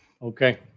Okay